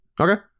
Okay